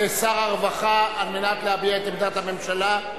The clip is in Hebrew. כשר הרווחה, על מנת להביע את עמדת הממשלה.